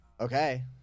Okay